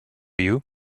you